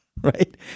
Right